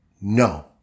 No